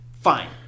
fine